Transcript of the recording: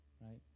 right